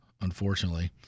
unfortunately